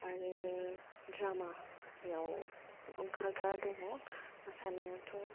आरो ड्रामायाव ओंखारग्रा दङ' मोसानायावथ'